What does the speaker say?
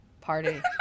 party